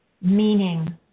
meaning